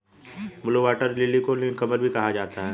blue water lily को नीलकमल भी कहा जाता है